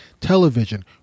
Television